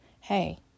hey